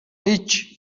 هیچی